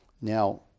Now